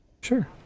Sure